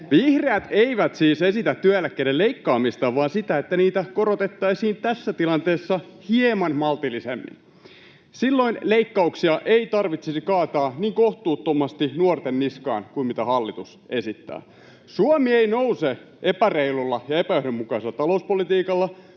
Vihreät eivät siis esitä työeläkkeiden leikkaamista vaan sitä, että niitä korotettaisiin tässä tilanteessa hieman maltillisemmin. Silloin leikkauksia ei tarvitsisi kaataa niin kohtuuttomasti nuorten niskaan kuin mitä hallitus esittää. Suomi ei nouse epäreilulla ja epäjohdonmukaisella talouspolitiikalla,